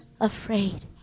afraid